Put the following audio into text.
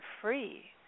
free